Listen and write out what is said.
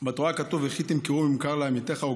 בתורה כתוב: "וכי תמכרו ממכר לעמיתיך או